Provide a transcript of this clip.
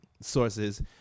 sources